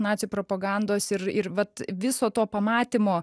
nacių propagandos ir ir vat viso to pamatymo